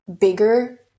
bigger